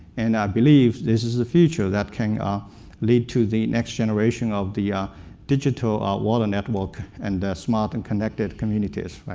and i believe this is a future that can lead to the next generation of the ah digital water network, and smart and connected communities.